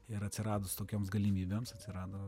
ir atsiradus tokioms galimybėms atsirado